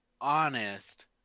honest